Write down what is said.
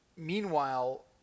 Meanwhile